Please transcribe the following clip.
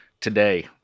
today